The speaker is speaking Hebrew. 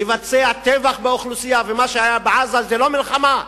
לבצע טבח באוכלוסייה, ומה שהיה בעזה זה לא מלחמה,